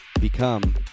Become